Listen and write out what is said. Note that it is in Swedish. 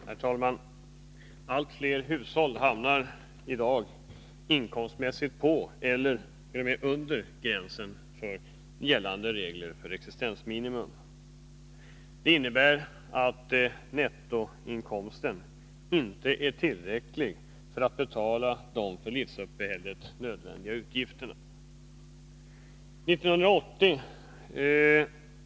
Herr talman! Allt fler hushåll hamnar i dag inkomstmässigt på ellert.o.m. under gränsen för gällande regler för existensminimum. Det innebär att nettoinkomsten inte är tillräcklig för att betala de för livsuppehället nödvändiga utgifterna.